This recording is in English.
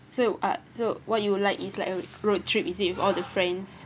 so uh so what you like is like a road trip is it with all the friends